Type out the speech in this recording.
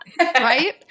right